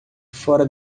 fora